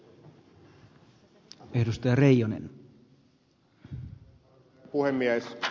arvoisa herra puhemies